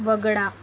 वगळा